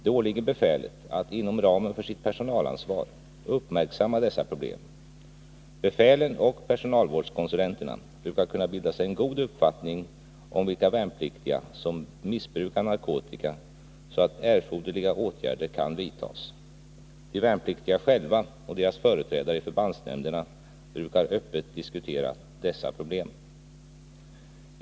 Det åligger befälet att inom ramen för sitt personalansvar uppmärksamma dessa problem. Befäl och personalvårdskonsulenter brukar kunna bilda sig en god uppfattning om vilka värnpliktiga som missbrukar narkotika, så att erforderliga åtgärder kan vidtas. De värnpliktiga själva och deras företrädare i förbandsnämnderna brukar öppet diskutera dessa problem.